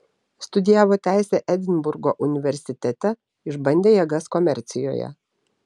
studijavo teisę edinburgo universitete išbandė jėgas komercijoje